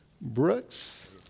Brooks